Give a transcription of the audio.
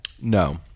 No